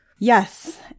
Yes